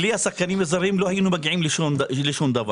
בלי השחקנים הזרים לא היינו מגיעים לשום דבר.